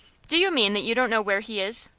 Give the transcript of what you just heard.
do you mean that you don't know where he is?